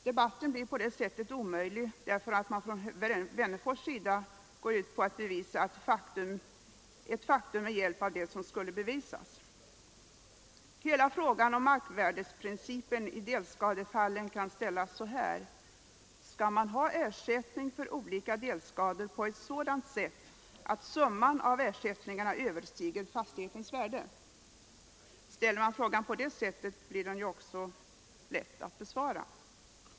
Debatten blir därigenom omöjlig, eftersom den från herr Wennerfors” sida går ut på att bevisa ett faktum med hjälp av det som skulle bevisas. Hela frågan om marknadsvärdeprincipen i delskadefallen kan ställas så här: Skall man ha ersättning för olika delskador på ett sådant sätt att summan av ersättningarna överstiger fastighetens värde? Ställs frågan på det sättet blir den ju också lätt att besvara.